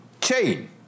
chain